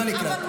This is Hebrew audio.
לא נקלט.